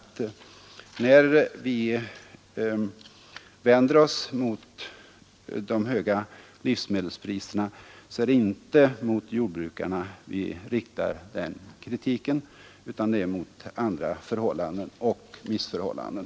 När vi vänder oss mot de höga livsmedelspriserna är det således inte mot jordbrukarna kritiken riktas utan mot andra förhållanden och missförhållanden.